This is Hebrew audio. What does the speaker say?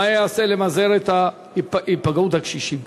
2. מה ייעשה כדי למזער את היפגעות הקשישים?